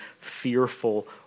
fearful